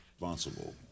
Responsible